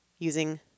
using